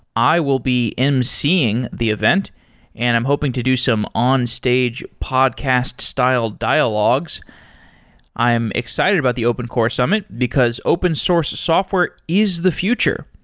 i will be emceeing the event and i'm hoping to do some onstage podcast-styled dialogues i am excited about the open core summit, because open source software is the future.